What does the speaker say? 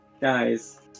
Guys